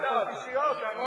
שרון היה,